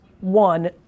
One